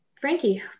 Frankie